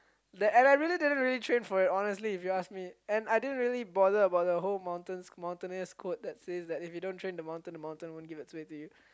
that didn't didn't really train for it honestly if you ask me and I didn't really bother about the whole mountain mountaineous quote that says that if you don't train the mountain the mountain wouldn't give it's way to you